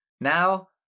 Now